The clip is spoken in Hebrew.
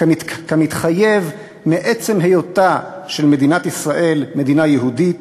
כמתחייב מעצם היותה של מדינת ישראל מדינה יהודית